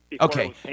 Okay